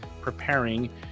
preparing